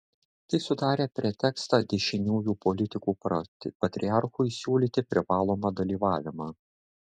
tai sudarė pretekstą dešiniųjų politikų patriarchui siūlyti privalomą dalyvavimą